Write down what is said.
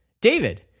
David